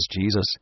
Jesus